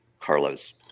Carlos